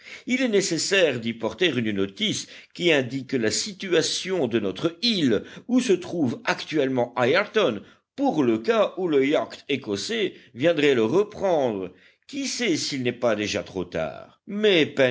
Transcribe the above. il est nécessaire d'y porter une notice qui indique la situation de notre île où se trouve actuellement ayrton pour le cas où le yacht écossais viendrait le reprendre qui sait s'il n'est pas déjà trop tard mais